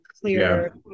clear